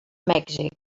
mèxic